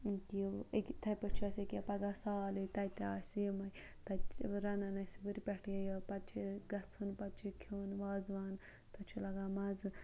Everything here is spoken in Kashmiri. یہِ أکیٛاہ یِتھَے پٲٹھۍ چھِ اَسہِ ییٚکیٛاہ پَگاہ سالٕے تَتہِ آسہِ یِمَے تَتہِ چھِ رَنان أسی وٕرِ پٮ۪ٹھ یہِ یہِ پَتہٕ چھِ گژھُن پَتہٕ چھِ کھیوٚن وازوان تَتھ چھُ لَگان مَزٕ